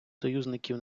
союзників